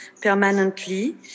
permanently